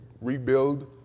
rebuild